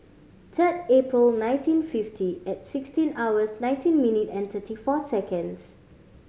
third April nineteen fifty at sixteen hours nineteen minute and thirty four seconds